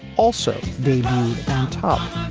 also the top